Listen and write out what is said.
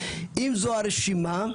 אם זו הרשימה,